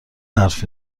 حرف